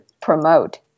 promote